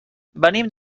venim